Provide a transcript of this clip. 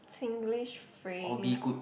Singlish phrase